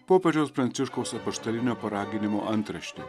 popiežiaus pranciškaus apaštalinio paraginimo antraštė